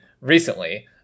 recently